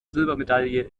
silbermedaille